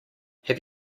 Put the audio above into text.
have